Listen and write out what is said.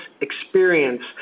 experience